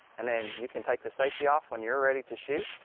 and then you can take the safety off when you're ready to shoot.